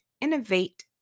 innovate